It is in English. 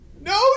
no